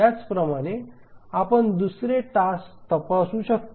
त्याचप्रमाणे आपण दुसरे टास्क तपासू शकतो